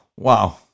wow